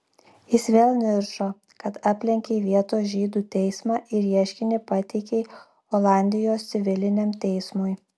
jis vėl niršo kad aplenkei vietos žydų teismą ir ieškinį pateikei olandijos civiliniam teismui